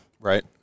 Right